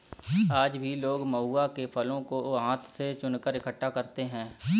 आज भी लोग महुआ के फलों को हाथ से चुनकर इकठ्ठा करते हैं